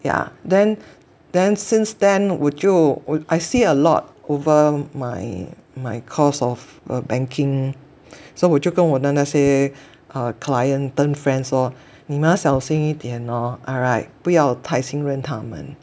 yeah then then since then 我就 I see a lot over my my course of err banking so 我就跟我的那些 err client turn friends lor 你们要小心一点咯不要太信任他们